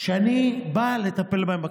שאני בא לטפל בהם בכנסת.